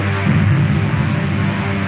in the